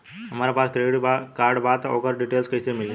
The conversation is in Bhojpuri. हमरा पास क्रेडिट कार्ड बा त ओकर डिटेल्स कइसे मिली?